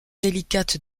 délicate